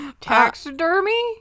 Taxidermy